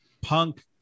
punk